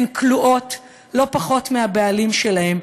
הן כלואות לא פחות מהבעלים שלהן,